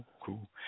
cool